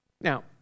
Now